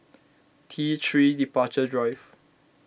T three Departure Drive